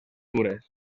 dures